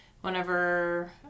whenever